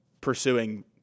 pursuing